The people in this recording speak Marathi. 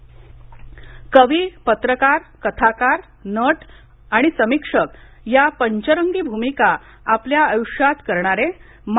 पारधी कवीपत्रकार कथाकार नट आणि समीक्षक या पंचरंगी भूमिका आपल्या आयुष्यात करणारे मा